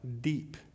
deep